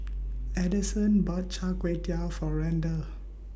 Adyson bought Char Kway Teow For Randall